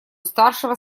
старшего